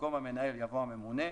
במקום "המנהל" יבוא "הממונה".